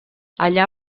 allà